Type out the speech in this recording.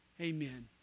Amen